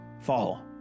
fall